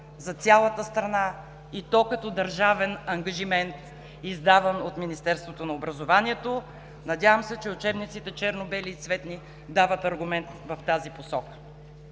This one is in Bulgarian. за цялата страна, и то като държавен ангажимент, издаван от Министерството на образованието. Надявам се, че черно-белите и цветни учебници дават аргумент в тази посока.